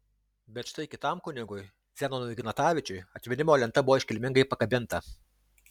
bet štai kitam kunigui zenonui ignatavičiui atminimo lenta buvo iškilmingai pakabinta